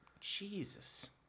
Jesus